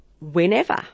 whenever